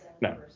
No